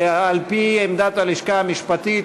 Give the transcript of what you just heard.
על-פי עמדת הלשכה המשפטית,